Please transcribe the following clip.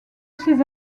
ses